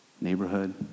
neighborhood